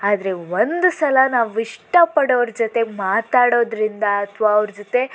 ಆದರೆ ಒಂದ್ಸಲ ನಾವು ಇಷ್ಟಪಡೋರ ಜೊತೆ ಮಾತಾಡೋದ್ರಿಂದ ಅಥವಾ ಅವರ ಜೊತೆ